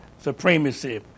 supremacy